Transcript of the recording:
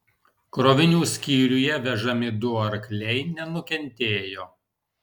krovinių skyriuje vežami du arkliai nenukentėjo